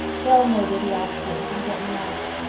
they'll know where the axe is and get me out.